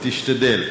תשתדל.